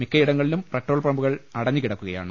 മിക്കയിടങ്ങളിലും പെട്രോൾപമ്പുകൾ അടഞ്ഞ് കിടക്കുക യാണ്